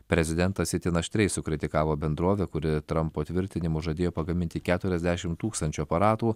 prezidentas itin aštriai sukritikavo bendrovę kuri trampo tvirtinimu žadėjo pagaminti keturiasdešimt tūkstančių aparatų